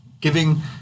giving